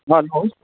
hello